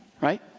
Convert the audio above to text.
right